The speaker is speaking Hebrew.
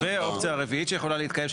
ואופציה רביעית שיכולה להתקיים,